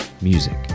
music